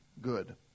good